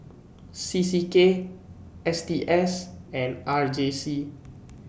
C C K S T S and R J C